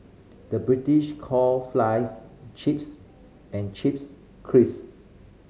the British call flies chips and chips